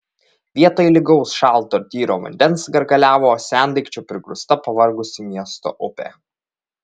vietoj lygaus šalto ir tyro vandens gargaliavo sendaikčių prigrūsta pavargusi miesto upė